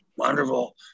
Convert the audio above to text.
Wonderful